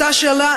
אותה שאלה,